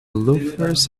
loafers